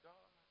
God